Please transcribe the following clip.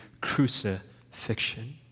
crucifixion